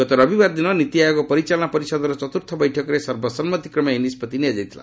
ଗତ ରବିବାର ଦିନ ନୀତି ଆୟୋଗ ପରିଚାଳନା ପରିଷଦର ଚତୁର୍ଥ ବୈଠକରେ ସର୍ବସମ୍ମତିକ୍ରମେ ଏହି ନିଷ୍କଭି ନିଆଯାଇଥିଲା